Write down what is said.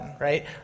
right